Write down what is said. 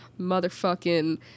motherfucking